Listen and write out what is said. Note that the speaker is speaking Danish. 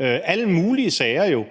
alle mulige sager.